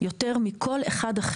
יותר מכל אחד אחד.